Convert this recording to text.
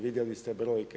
Vidjeli ste brojke.